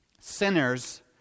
sinners